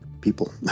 people